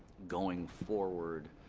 going forward